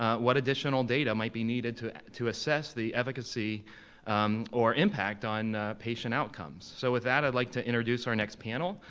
what additional data might be needed to to assess the efficacy or impact on patient outcomes? so with that, i'd like to introduce our next panel.